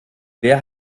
wer